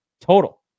total